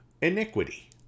iniquity